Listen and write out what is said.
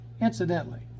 Incidentally